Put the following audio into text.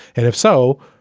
and if so,